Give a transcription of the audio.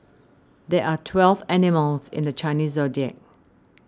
there are twelve animals in the Chinese zodiac